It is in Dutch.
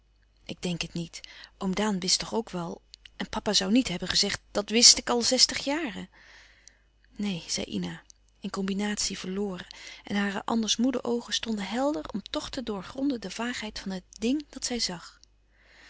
ik denk het niet oom daan wist toch ook wel en papa zoû niet hebben gezegd dat wist ik al zestig jaren neen zei ina in combinatie verloren en hare anders moede oogen stonden helder om toch te doorgronden de vaagheid van het ding dat zij zag